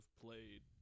played